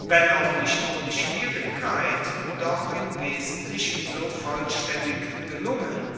wenn auch nicht ohne schwierigkeit doch im wesentlichen so vollstaendig gelungen